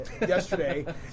yesterday